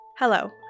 Hello